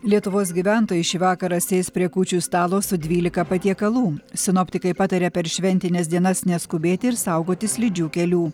lietuvos gyventojai šį vakarą sės prie kūčių stalo su dvylika patiekalų sinoptikai pataria per šventines dienas neskubėti ir saugotis slidžių kelių